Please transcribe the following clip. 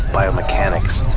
biomechanics,